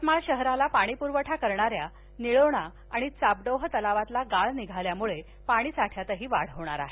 यवतमाळ शहराला पाणीपुरवठा करणा या निळोणा आणि चापडोह तलावातला गाळ निघाल्यामुळे पाणीसाठ्यातही वाढ होणार आहे